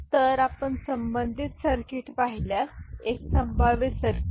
तर आपण संबंधित सर्किट पाहिल्यास एक संभाव्य सर्किट